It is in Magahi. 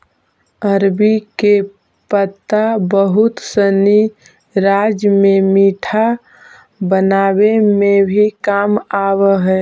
अरबी के पत्ता बहुत सनी राज्य में पीठा बनावे में भी काम आवऽ हई